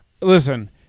Listen